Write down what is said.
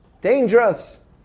Dangerous